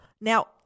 Now